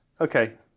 Okay